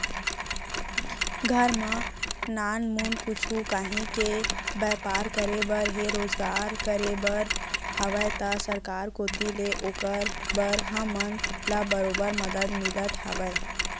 घर म नानमुन कुछु काहीं के बैपार करे बर हे रोजगार करे बर हावय त सरकार कोती ले ओकर बर हमन ल बरोबर मदद मिलत हवय